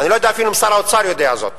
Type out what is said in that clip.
אני לא יודע אפילו אם שר האוצר יודע זאת,